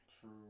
True